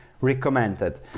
recommended